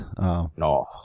No